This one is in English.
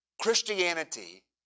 Christianity